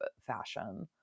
fashion